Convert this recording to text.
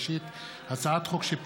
סייגים לעסקאות בציוד